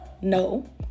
no